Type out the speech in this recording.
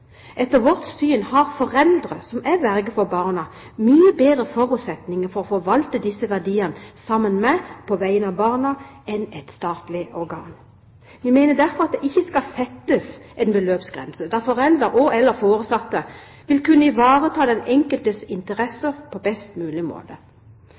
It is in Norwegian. Etter vårt syn har foreldre som er verge for barna, mye bedre forutsetninger for å forvalte disse verdiene sammen med eller på vegne av barna enn et statlig organ. Vi mener derfor at det ikke skal settes en beløpsgrense, da foreldre og/eller foresatte vil kunne ivareta den enkeltes